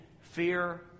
fear